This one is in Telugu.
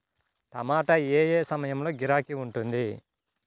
టమాటా ఏ ఏ సమయంలో గిరాకీ ఉంటుంది?